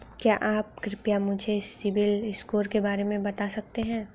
क्या आप कृपया मुझे सिबिल स्कोर के बारे में बता सकते हैं?